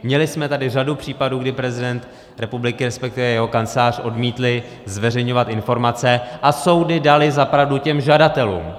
Měli jsme tady řadu případů, kdy prezident republiky, resp. jeho kancelář odmítla zveřejňovat informace a soudy daly za pravdu těm žadatelům.